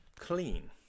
clean